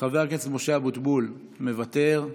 חבר הכנסת משה אבוטבול, מוותר,